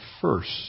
first